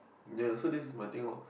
ya so this is my thing lor